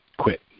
quit